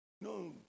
no